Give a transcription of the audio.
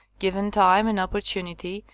given time and opportu nity,